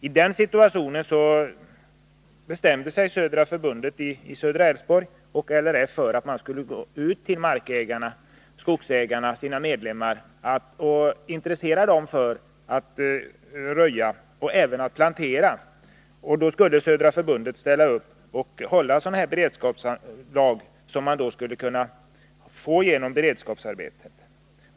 I den situationen bestämde sig Södra Skogsägarna i södra Älvsborgs län och LRF för att gå ut till sina medlemmar — skogsägare och markägare — och intressera dem för att röja i planteringarna och även plantera. Södra Skogsägarna skulle ställa upp med arbetslag, som man skulle kunna få genom beredskapsarbete.